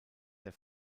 der